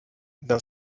d’un